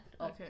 Okay